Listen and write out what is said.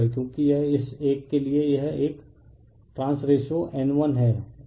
क्योंकि यह इस एक के लिए यह एक ट्रांस रेशो N1 है और यह ट्रांस रेशो N2 है